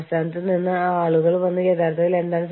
അവർ പറയും ഞങ്ങൾ നിങ്ങളോട് പറയും എന്തുചെയ്യണമെന്ന്